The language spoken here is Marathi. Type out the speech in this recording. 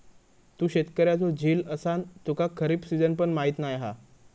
तू शेतकऱ्याचो झील असान तुका खरीप सिजन पण माहीत नाय हा